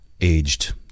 aged